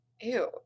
Ew